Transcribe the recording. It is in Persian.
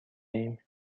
ایم